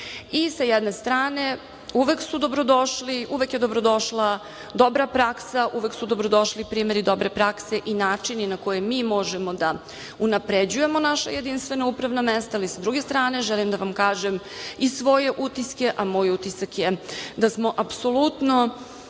i, sa jedne strane, uvek je dobrodošla dobra praksa, uvek su dobrodošli primeri dobre prakse i načini na koje mi možemo da unapređujemo naša jedinstvena upravna mesta ali, sa druge strane, želim da vam kažem i svoje utiske, a moj utisak je da smo apsolutno